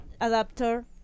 adapter